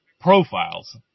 profiles